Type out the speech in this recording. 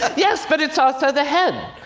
yes but it's also the head,